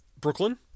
Brooklyn